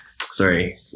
sorry